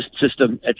system